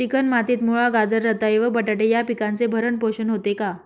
Chicken मातीत मुळा, गाजर, रताळी व बटाटे या पिकांचे भरण पोषण होते का?